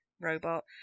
Robot